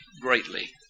greatly